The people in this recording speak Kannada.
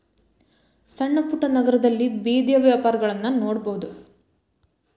ಸಣ್ಣಪುಟ್ಟ ನಗರದಲ್ಲಿ ಬೇದಿಯ ವ್ಯಾಪಾರಗಳನ್ನಾ ನೋಡಬಹುದು